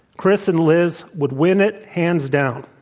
kris and liz would win it hands down,